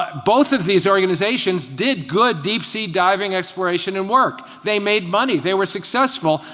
both of these organizations did good deep sea dives exploration and work. they made money. they were successful,